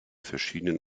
verschiedenen